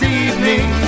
evening